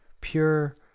Pure